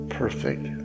perfect